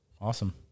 Awesome